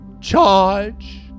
charge